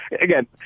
again